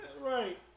Right